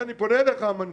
אני פונה אליך, המנכ"ל,